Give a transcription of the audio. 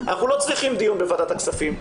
אנחנו לא צריכים דיון בוועדת הכספים,